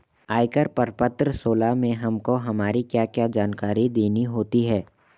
आयकर प्रपत्र सोलह में हमको हमारी क्या क्या जानकारी देनी होती है?